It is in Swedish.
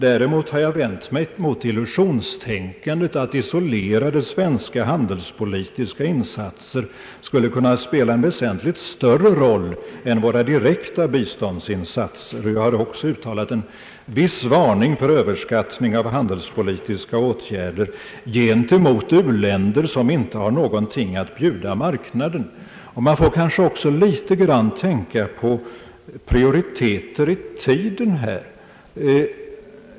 Däremot har jag vänt mig mot illusionstänkandet att isolerade svenska handelspolitiska insatser skulle kunna spela en väsentligt större roll än våra direkta biståndsinsatser. Jag har också uttalat en viss varning för överskattning av handelspolitiska åtgärder gentemot u-länder som inte har något att bjuda marknaden. Man får kanske också tänka på prioriteter i tiden.